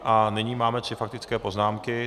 A nyní máme tři faktické poznámky.